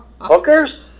Hookers